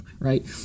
Right